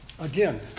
again